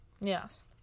Yes